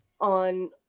on